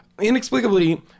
inexplicably